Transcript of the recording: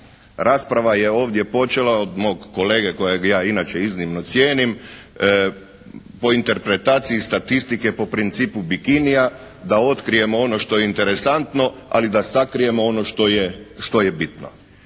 Rasprava je ovdje počela od mog kolege kojeg ja inače iznimno cijeni, po interpretaciji statistike, po principu bikinija da otkrijemo ono što je interesantno ali da sakrijemo ono što je bitno.